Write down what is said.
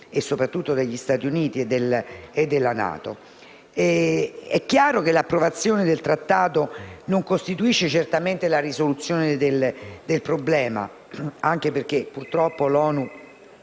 soprattutto degli Stati Uniti e della NATO. È chiaro che l'approvazione del trattato non costituisce certamente la risoluzione del problema, anche perché purtroppo l'ONU